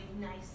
nice